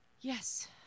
Yes